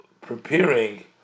preparing